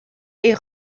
est